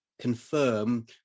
confirm